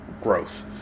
growth